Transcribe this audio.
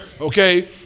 Okay